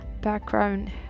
background